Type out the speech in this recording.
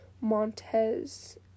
Montez